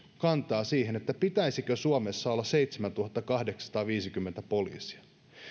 kantaa siihen pitäisikö suomessa olla seitsemäntuhattakahdeksansataaviisikymmentä poliisia